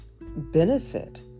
benefit